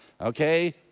Okay